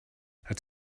het